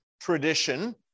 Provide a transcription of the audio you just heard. tradition